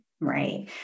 Right